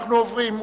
אנחנו עוברים,